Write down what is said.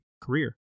career